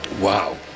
Wow